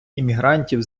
іммігрантів